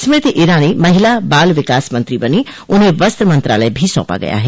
स्मृति ईरानी महिला बाल विकास मंत्री बनी उन्हें वस्त्र मंत्रालय भी सौंपा गया है